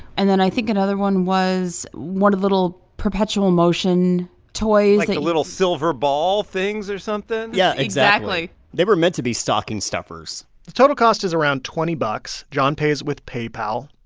and then i think another one was one little perpetual motion toys. like the little silver ball things or something? yeah, exactly exactly they were meant to be stocking stuffers the total cost is around twenty bucks. john pays with paypal.